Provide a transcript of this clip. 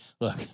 look